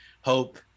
hope